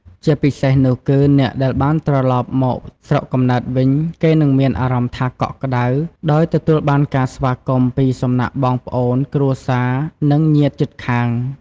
ជាពិសេសនោះគឺ អ្នកដែលបានត្រឡប់មកស្រុកកំណើតវិញ គេនឹងមានអារម្មណ៍ថា កក់ក្ដៅ ដោយទទួលបានការស្វាគមន៍ពីសំណាក់បងប្អូន គ្រួសារ និងញាតិជិតខាង។